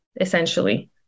essentially